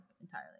entirely